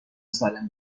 سالم